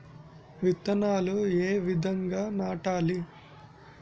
విత్తనాలు ఏ విధంగా నాటాలి?